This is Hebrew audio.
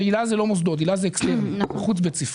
היל"ה זה לא מוסדות, זה אקסטרני, חוץ-בית ספרי.